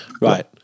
Right